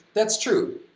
that's true.